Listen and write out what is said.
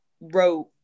wrote